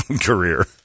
career